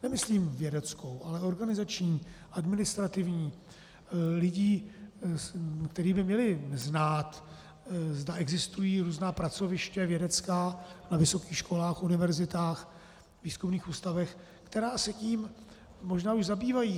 Nemyslím vědeckou, ale organizační, administrativní, lidí, kteří by měli znát, zda existují různá vědecká pracoviště na vysokých školách, univerzitách, výzkumných ústavech, která se tím možná už zabývají.